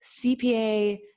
CPA